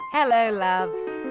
hello, loves!